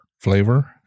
flavor